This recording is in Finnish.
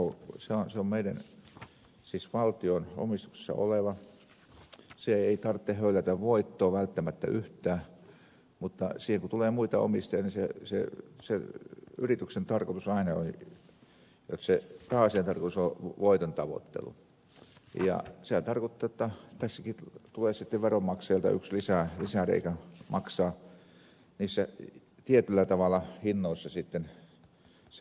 se on meidän siis valtion omistuksessa oleva sen ei tarvitse höylätä voittoa välttämättä yhtään mutta kun siihen tulee muita omistajia niin yrityksen pääasiallinen tarkoitus aina on voitontavoittelu ja sehän tarkoittaa jotta tässäkin tulee sitten veronmaksajille yksi lisäreikä maksaa tietyllä tavalla niissä hinnoissa se voitto osuus